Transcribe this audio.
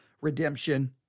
redemption